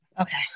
Okay